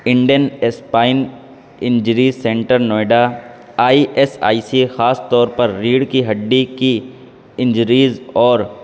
Indian spine injury centre Noida I S I C خاص طور پر ریڑھ کی ہڈی کی انجریز اور